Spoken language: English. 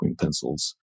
pencils